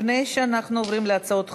לפני שאנחנו עוברים להצעות חוק,